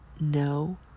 no